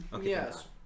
Yes